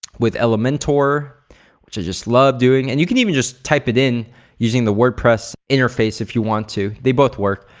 with elementor which i just love doing and you can even just type it in using the wordpress interface if you want to. they both work.